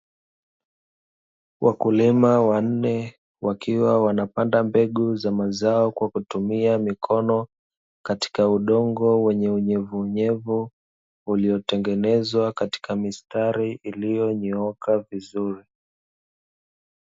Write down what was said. Wakulima wanne wakiwa wanapanda mbegu za mazao kwa kutumia mikono, katika udongo wenye unyevunyevu, uliotengenezwa katika mistari iliyonyooka vizuri.